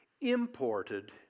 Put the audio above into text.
imported